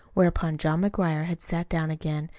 whereupon john mcguire had sat down again,